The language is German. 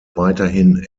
weiterhin